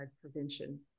Prevention